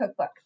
cookbooks